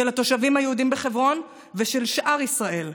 של התושבים היהודים בחברון ושל שאר ישראל,